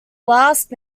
last